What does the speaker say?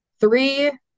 Three